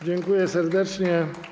Dziękuję serdecznie.